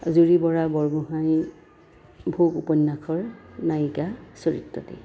জুৰি বৰা বৰগোহাঁই ভোগ উপন্যাসৰ নায়িকা চৰিত্ৰটি